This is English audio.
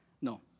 No